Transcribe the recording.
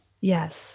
Yes